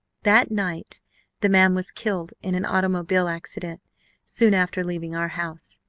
that night the man was killed in an automobile accident soon after leaving our house,